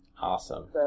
Awesome